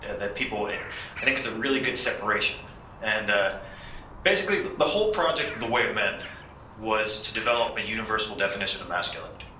that people i think it's a really good separation and ah basically the whole project of the way of men was to develop a universal definition of masculinity